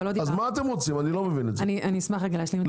אני אשמח להשלים.